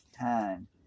time